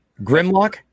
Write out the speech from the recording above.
Grimlock